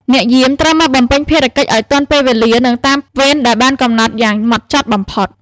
អ្នកយាមត្រូវមកបំពេញភារកិច្ចឱ្យទាន់ពេលវេលា និងតាមវេនដែលបានកំណត់យ៉ាងហ្មត់ចត់បំផុត។